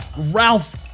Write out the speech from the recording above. Ralph